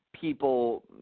people